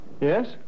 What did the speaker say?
Yes